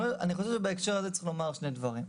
אני חושב שבהקשר הזה צריך לומר שני דברים.